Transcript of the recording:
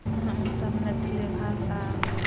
हम सभ मैथिली भाषा